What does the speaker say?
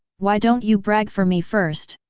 why don't you brag for me first!